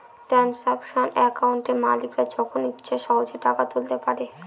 transaction একাউন্টে মালিকরা যখন ইচ্ছে সহেজে টাকা তুলতে পারে